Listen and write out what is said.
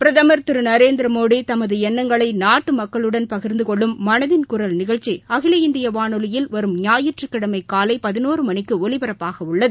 பிரதமர் திருநரேந்திரமோடிதமதுஎண்ணங்களைமக்களுடன் பகிர்ந்துகொள்ளும் மனதின் குரல் நிகழ்ச்சிஅகில இந்தியவானொலியில் வரும் ஞாயிற்றுக்கிழமைகாலைபதினொருமணிக்குடிபரப்பாகஉள்ளது